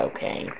Okay